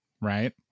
right